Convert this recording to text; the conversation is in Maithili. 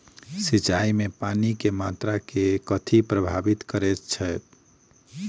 सिंचाई मे पानि केँ मात्रा केँ कथी प्रभावित करैत छै?